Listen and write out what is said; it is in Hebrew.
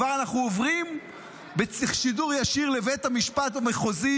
כבר אנחנו עוברים בשידור ישיר לבית המשפט המחוזי,